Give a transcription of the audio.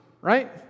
right